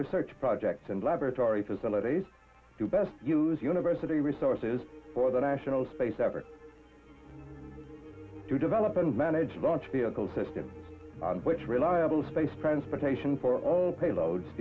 research projects and laboratory facilities to best use university resources for the national space effort to develop and manage launch vehicle system on which reliable space transportation for